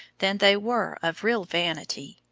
than they were of real vanity.